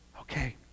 okay